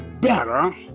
better